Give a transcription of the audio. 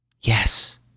Yes